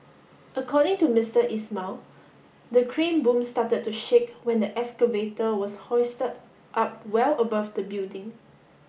according to Mr Ismail the crane boom started to shake when the excavator was hoisted up well above the building